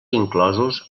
inclosos